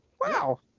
Wow